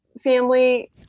family